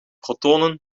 protonen